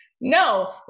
No